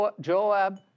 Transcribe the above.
Joab